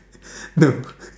no